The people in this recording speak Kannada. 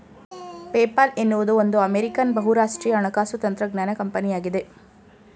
ಪೇಪಾಲ್ ಎನ್ನುವುದು ಒಂದು ಅಮೇರಿಕಾನ್ ಬಹುರಾಷ್ಟ್ರೀಯ ಹಣಕಾಸು ತಂತ್ರಜ್ಞಾನ ಕಂಪನಿಯಾಗಿದೆ